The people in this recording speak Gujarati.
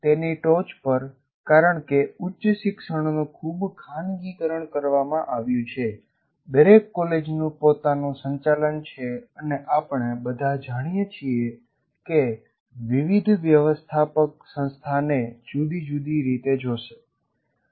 તેની ટોચ પર કારણ કે ઉચ્ચ શિક્ષણનું ખૂબ ખાનગીકરણ કરવામાં આવ્યું છે દરેક કોલેજનું પોતાનું સંચાલન છે અને આપણે બધા જાણીએ છીએ કે વિવિધ વ્યવસ્થાપક સંસ્થાને જુદી જુદી રીતે જોશે